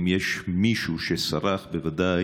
אם יש מישהו שסרח, בוודאי